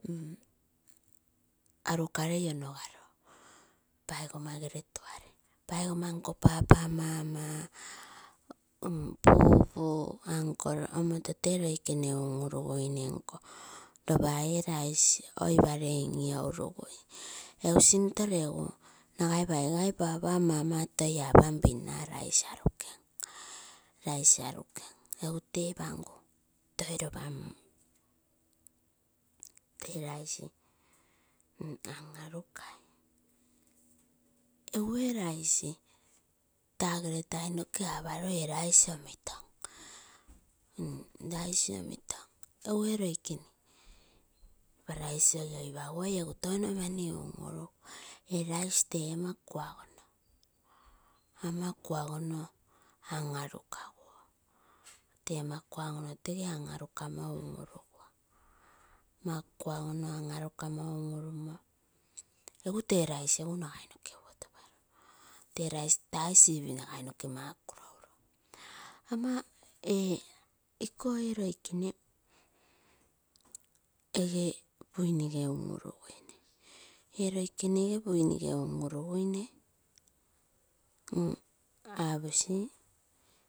Arukalei onogaro paigoma gre tuare paigoma nko papa, mama, bubu, uncle, egu tee loikene unaruguine nko ropa tee rice oipalei in iourugu. Egu tepamgu tee rice an arugai egu ee rice tagere toum noke aparoo ee rice omitom rice omitom egu ee. Loikene ropa rice oiaipaguoi egu touno mani un uruguo, ee rice tee ama kuagono, amakua gonno an arukaguo tee ama kuagono tege an anekaguo un uruguo kuagono an arukamo egu tee nice nagai noke uotoparo. Tee rice tai ship nagai noke muakuro uro. Ama ee roikene epe buin nige un urupuine ee loikene ege buin nige un uruguine aposi.